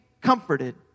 comforted